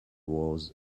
was